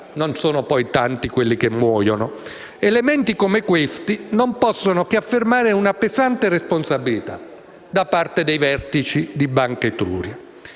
non sono poi tanti quelli che muoiono. Elementi come questi non possono che testimoniare una pesante responsabilità da parte dei vertici di Banca Etruria.